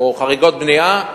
או חריגות בנייה,